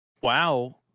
WoW